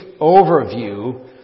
overview